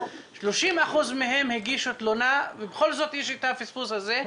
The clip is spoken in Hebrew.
30% מהן הגישו תלונה ובכל זאת יש את הפספוס הזה,